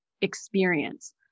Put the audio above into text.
experience